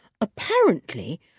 Apparently